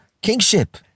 kingship